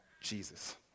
Jesus